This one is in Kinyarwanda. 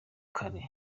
kare